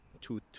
two